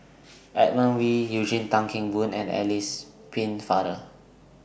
Edmund Wee Eugene Tan Kheng Boon and Alice Pennefather